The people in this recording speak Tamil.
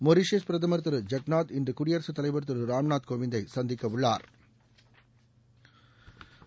மொரிஷியஸ் பிரதம் திரு ஜெகநாத் இன்று குடியரகத் தலைவா் திரு ராம்நாத் கோவிந்தை சந்திக்க உள்ளா்